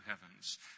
heavens